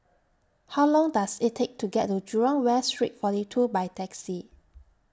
How Long Does IT Take to get to Jurong West Street forty two By Taxi